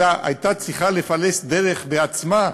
אלא היה צריך לפלס דרך בעצמו.